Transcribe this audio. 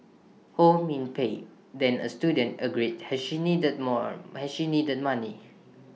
ho min Pei then A student agreed as she needed more as she needed money